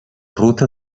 ruta